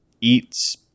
eats